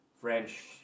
French